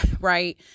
Right